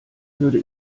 würde